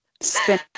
Spin